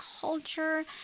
culture